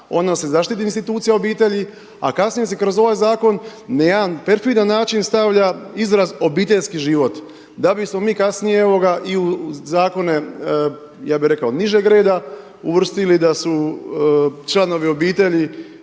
da se zaštiti institucija obitelji, a kasnije se kroz ovaj zakon na jedan perfidan način stavlja izraz obiteljski život, da bismo mi kasnije i u zakone ja bih rekao nižeg reda uvrstili da su članovi obitelji